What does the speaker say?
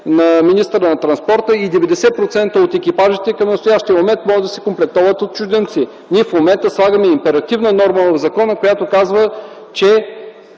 на министъра на транспорта и 90% от екипажите към настоящия момент могат да се комплектоват от чужденци. В момента слагаме императивна норма в закона, която казва, че